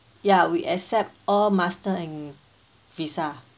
ya we accept all master and visa